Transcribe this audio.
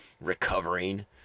recovering